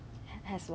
!wow!